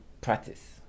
practice